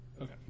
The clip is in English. Okay